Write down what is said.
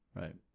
Right